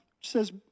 says